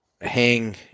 hang